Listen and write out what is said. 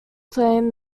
claim